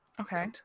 okay